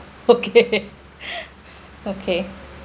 okay okay